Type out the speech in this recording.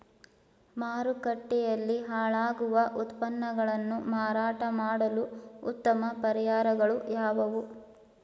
ಮಾರುಕಟ್ಟೆಯಲ್ಲಿ ಹಾಳಾಗುವ ಉತ್ಪನ್ನಗಳನ್ನು ಮಾರಾಟ ಮಾಡಲು ಉತ್ತಮ ಪರಿಹಾರಗಳು ಯಾವುವು?